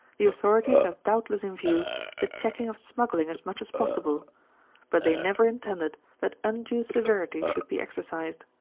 the authorities have doubtless in view the check ing of smugglinj as much as possible but they never intended that undue severity should be exercised.